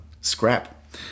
scrap